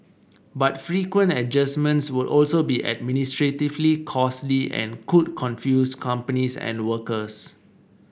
but frequent adjustments would also be administratively costly and could confuse companies and workers